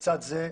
היום,